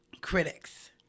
Critics